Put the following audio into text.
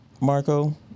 Marco